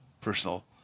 personal